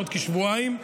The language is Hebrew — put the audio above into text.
בעוד כשבועיים,